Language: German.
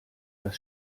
das